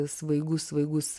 svaigus svaigus